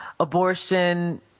Abortion